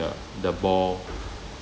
the the ball